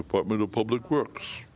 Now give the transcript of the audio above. department of public works